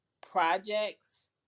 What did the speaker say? projects